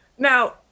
Now